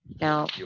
Now